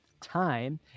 time